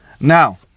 Now